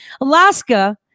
Alaska